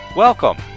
Welcome